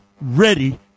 ready